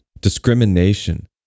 Discrimination